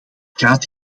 gaat